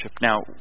Now